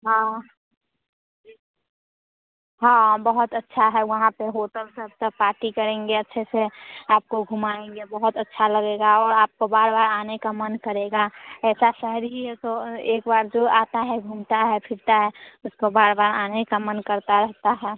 हाँ हाँ शहर अच्छा है वहाँ पर होटल सब सब पार्टी करेंगे अच्छे से आपको घुमाएंगे बहुत अच्छा लगेगा और आपका बार बार आने का मन करेगा ऐसा शहर ही है तो एक बार जो आता है घूमता है फिरता है उसको बार बार आने का मन करता रहता है